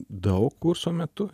daug kurso metu